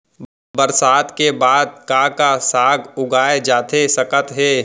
बरसात के बाद का का साग उगाए जाथे सकत हे?